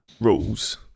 rules